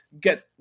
get